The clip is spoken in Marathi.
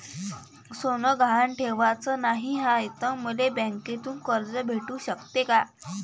सोनं गहान ठेवाच नाही हाय, त मले बँकेतून कर्ज भेटू शकते का?